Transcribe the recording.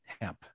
hemp